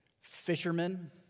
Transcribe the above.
fishermen